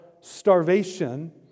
starvation